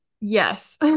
Yes